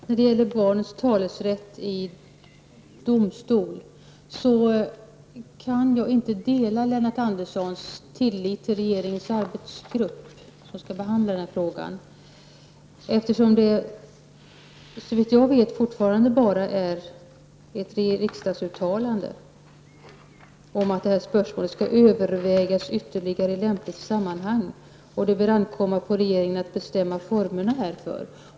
Fru talman! När det gäller barnens talesrätt i domstol kan jag inte dela Lennart Anderssons tillit till regeringens arbetsgrupp, som skall behandla den frågan. Såvitt jag förstår består detta arbete hittils endast av riksdagens uttalande att det spörsmålet ''skall övervägas ytterligare i lämpligt sammanhang och att det bör ankomma på regeringen att bestämma formerna härför''.